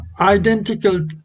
identical